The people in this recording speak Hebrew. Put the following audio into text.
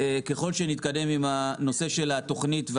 שככל שנתקדם עם הנושא של התוכנית,